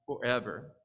forever